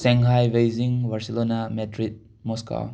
Shanghai Beijing Barcelona Madrid Moscow